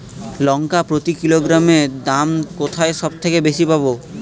লঙ্কা প্রতি কিলোগ্রামে দাম কোথায় সব থেকে বেশি পাব?